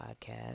podcast